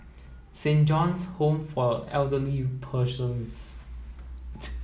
Saint John's Home for Elderly Persons